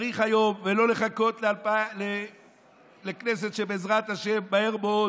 צריך היום, ולא לחכות לכנסת, שבעזרת השם, מהר מאוד